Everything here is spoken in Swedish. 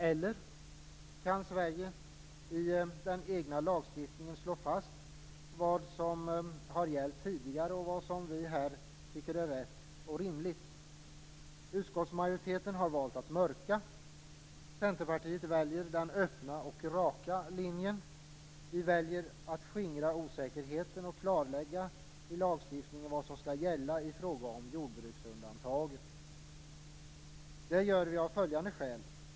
Eller också kan Sverige i den egna lagstiftningen slå fast vad som har gällt tidigare och vad som vi här tycker är rätt och rimligt. Utskottsmajoriteten har valt att mörka. Vi i Centerpartiet väljer den öppna och raka linjen. Vi väljer att skingra osäkerheten och klarlägga i lagstiftningen vad som skall gälla i fråga om jordbruksundantaget. Det gör vi av följande skäl.